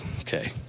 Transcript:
Okay